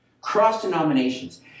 Cross-denominations